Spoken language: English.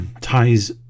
ties